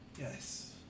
Yes